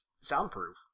Soundproof